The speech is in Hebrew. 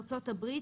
ארצות הברית,